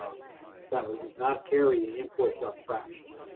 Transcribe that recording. that one does not carry and imports off fractionally.